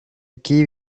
aquí